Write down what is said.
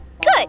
Good